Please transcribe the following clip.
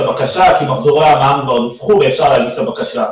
הבקשה כי מחזורי המע"מ כבר דווחו ואפשר להגיש את הבקשה.